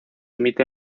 emite